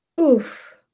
Oof